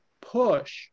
push